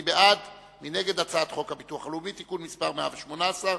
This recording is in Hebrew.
מי בעד ומי נגד הצעת חוק הביטוח הלאומי (תיקון מס' 118),